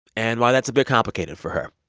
and why that's a bit complicated for her.